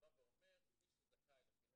שבא ואומר מי שזכאי לחינוך חינם